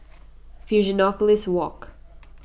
Fusionopolis Walk